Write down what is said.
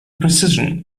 precision